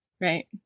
right